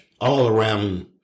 all-around